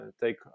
take